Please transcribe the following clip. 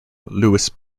louis